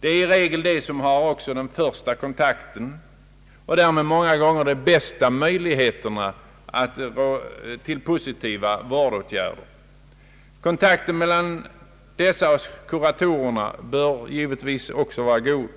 Det är i regel skolsköterskorna som har den första kontakten och därmed många gånger de bästa möjligheterna till positiva vårdåtgärder. Kontakten mellan dem och kuratorerna bör givetvis vara god.